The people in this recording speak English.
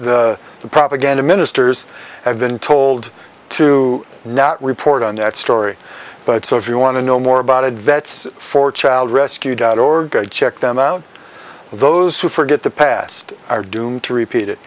propaganda ministers have been told to not report on that story but so if you want to know more about it vets for child rescued out or check them out those who forget the past are doomed to repeat it